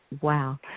Wow